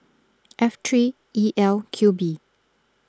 F three E L Q B